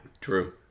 True